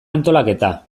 antolaketa